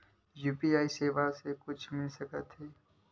UPI सेवाएं से कुछु मिल सकत हे?